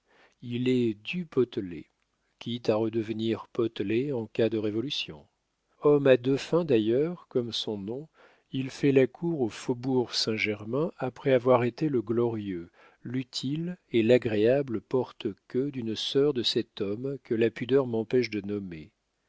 il est du potelet quitte à redevenir potelet en cas de révolution homme à deux fins d'ailleurs comme son nom il fait la cour au faubourg saint-germain après avoir été le glorieux l'utile et l'agréable porte queue d'une sœur de cet homme que la pudeur m'empêche de nommer